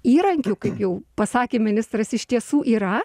įrankių kaip jau pasakė ministras iš tiesų yra